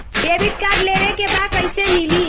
Debit card लेवे के बा कईसे मिली?